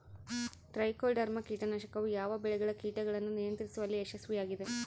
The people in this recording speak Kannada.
ಟ್ರೈಕೋಡರ್ಮಾ ಕೇಟನಾಶಕವು ಯಾವ ಬೆಳೆಗಳ ಕೇಟಗಳನ್ನು ನಿಯಂತ್ರಿಸುವಲ್ಲಿ ಯಶಸ್ವಿಯಾಗಿದೆ?